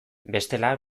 bestela